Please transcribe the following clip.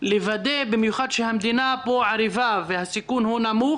לוודא במיוחד שהמדינה ערבה והסיכון הוא נמוך